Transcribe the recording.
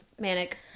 Manic